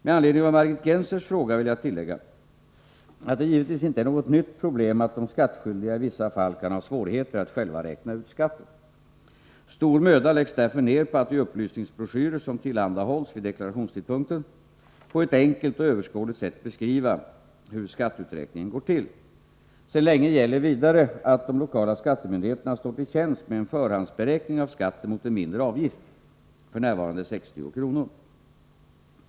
Med anledning av Margit Gennsers fråga vill jag tillägga att det givetvis inte är något nytt problem att de skattskyldiga i vissa fall kan ha svårigheter att själva räkna ut skatten. Stor möda läggs därför ner på att i upplysningsbroschyrer som tillhandahålls vid deklarationstidpunkten på ett enkelt och överskådligt sätt beskriva hur skatteuträkningen går till. Sedan länge gäller vidare att de lokala skattemyndigheterna står till tjänst med en förhandsberäkning av skatten mot en mindre avgift, f.n. 60 kr.